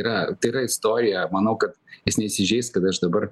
yra tai yra istorija manau kad jūs neįsižeiskit aš dabar